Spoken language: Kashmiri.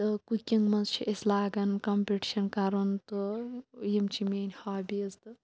کُکِنٛگ مَنٛز چھِ أسۍ لاگان کَمپٹِشَن کَرُن تہٕ یِم چھِ میٲنۍ ہابیٖز تہٕ